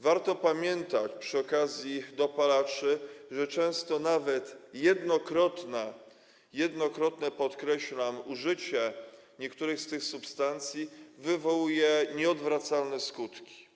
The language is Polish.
Warto pamiętać przy okazji dopalaczy, że często nawet jednokrotne - podkreślam: jednokrotne - użycie niektórych z tych substancji wywołuje nieodwracalne skutki.